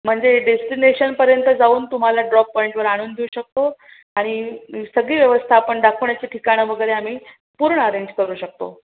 म्हणजे डेस्टिनेशनपर्यंत जाऊन तुम्हाला ड्रॉप पॉईंटवर आणून देऊ शकतो आणि सगळी व्यवस्था आपण दाखवण्याची ठिकाणं वगैरे आम्ही पूर्ण अरेंज करू शकतो